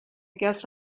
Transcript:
guess